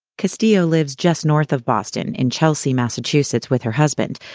castillo lives just north of boston in chelsea, massachusetts, with her husband.